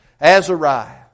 Azariah